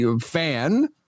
fan